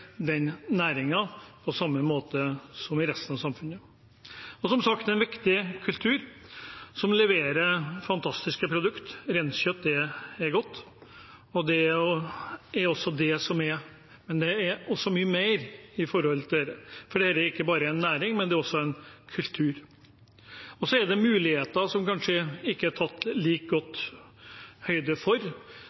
den næringen på samme måte som i resten av samfunnet. Det er som sagt en viktig kultur, som leverer fantastiske produkter. Reinkjøtt er godt, men det er også mye mer i dette, for dette er ikke bare en næring, det er også en kultur. Det er muligheter som det kanskje ikke er tatt like stor høyde for,